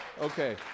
Okay